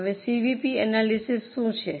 હવે CVP analysis શું છે